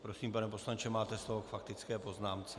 Prosím, pane poslanče, máte slovo k faktické poznámce.